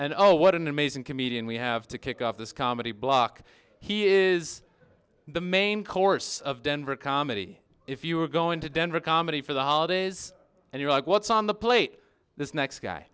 and oh what an amazing comedian we have to kick off this comedy block he is the main course of denver comedy if you were going to denver comedy for the holidays and you're like what's on the plate this next guy